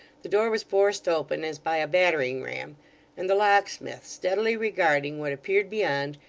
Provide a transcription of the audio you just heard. the door was forced open as by a battering-ram and the locksmith, steadily regarding what appeared beyond,